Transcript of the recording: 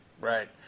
Right